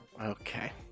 Okay